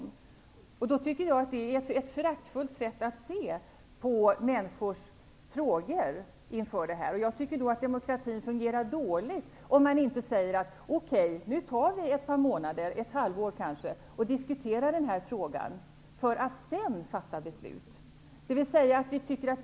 Det är ett föraktfullt sätt att se på människors frågor inför EES-avtalet. Demokratin fungerar dåligt om man inte säger: Okej! Nu tar vi ett halvår på oss för att diskutera frågan, och sedan fattar vi beslut.